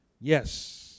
Yes